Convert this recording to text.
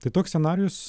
tai toks scenarijus